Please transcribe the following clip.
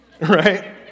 Right